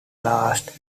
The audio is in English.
last